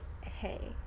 Hey